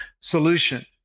solution